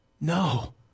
No